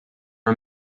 are